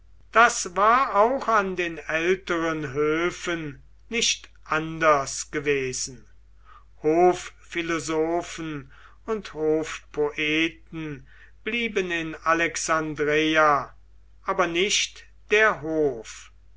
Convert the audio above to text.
das war auch an den älteren höfen nicht anders gewesen hofphilosophen und hofpoeten blieben in alexandreia aber nicht der hof